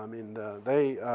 i mean, they